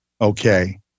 okay